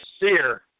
seer